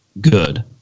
good